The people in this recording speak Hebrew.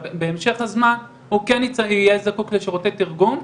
אבל בהמשך הוא כן יהיה זקוק לשירותי תרגום,